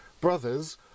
brothers